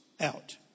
out